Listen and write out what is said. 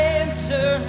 answer